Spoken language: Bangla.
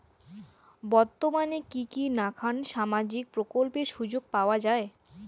বর্তমানে কি কি নাখান সামাজিক প্রকল্পের সুযোগ পাওয়া যায়?